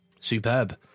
Superb